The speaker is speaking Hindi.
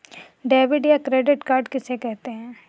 डेबिट या क्रेडिट कार्ड किसे कहते हैं?